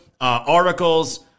articles